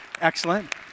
Excellent